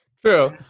True